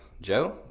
Joe